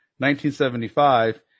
1975